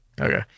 Okay